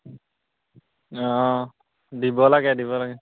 অঁ দিব লাগে দিব লাগে